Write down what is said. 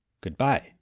Goodbye